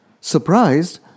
Surprised